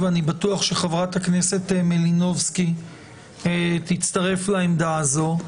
ואני בטוח שחברת הכנסת מלינובסקי תצטרף לעמדה זו,